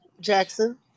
jackson